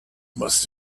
must